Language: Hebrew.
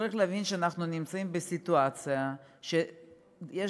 צריך להבין שאנחנו נמצאים בסיטואציה שיש